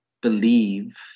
believe